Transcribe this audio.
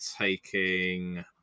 taking